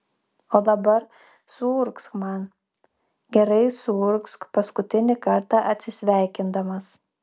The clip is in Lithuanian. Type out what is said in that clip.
o dabar suurgzk man gerai suurgzk paskutinį kartą atsisveikindamas